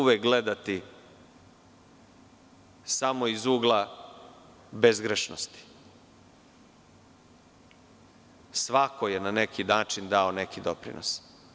Nemojte gledati samo iz ugla bezgrešnosti, svako je na neki način dao neki doprinos.